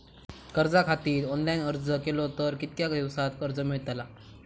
कर्जा खातीत ऑनलाईन अर्ज केलो तर कितक्या दिवसात कर्ज मेलतला?